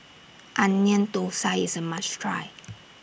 Onion Thosai IS A must Try